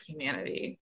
humanity